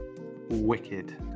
wicked